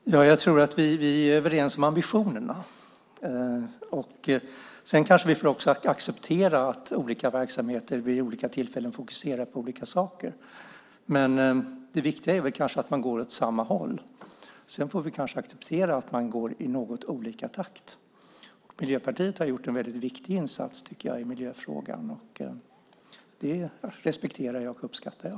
Fru talman! Jag tror att vi är överens om ambitionerna. Sedan kanske vi får acceptera att olika verksamheter vid olika tillfällen fokuserar på olika saker. Det viktiga är väl att man går åt samma håll. Sedan får vi kanske acceptera att man går i något olika takt. Miljöpartiet har gjort en väldigt viktig insats, tycker jag, i miljöfrågan. Det respekterar och uppskattar jag.